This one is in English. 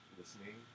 listening